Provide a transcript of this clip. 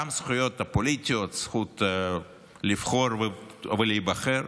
וגם הזכויות הפוליטיות, הזכות לבחור ולהיבחר,